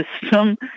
system